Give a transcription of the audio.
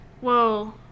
whoa